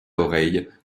oreille